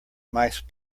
mice